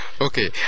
okay